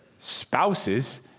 spouses